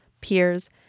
peers